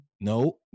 No